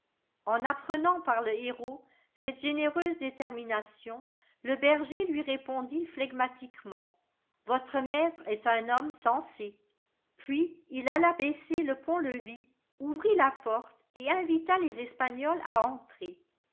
en apprenant par le héraut cette généreuse détermination le berger lui répondit flegmatiquement votre maître est un homme sensé puis il alla baisser le pontlevis ouvrit la porte et invita les espagnols à entrer